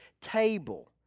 table